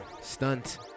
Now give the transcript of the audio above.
Stunt